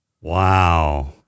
Wow